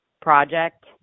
project